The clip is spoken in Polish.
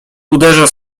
uderza